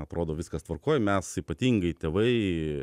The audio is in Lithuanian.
atrodo viskas tvarkoj mes ypatingai tėvai